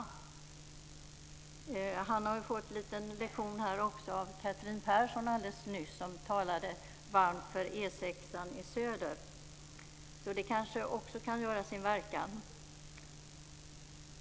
Björn Rosengren har fått en liten lektion också av Catherine Persson som alldeles nyss talade varmt för E 6:an i söder. Det kan kanske också göra sin verkan.